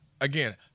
again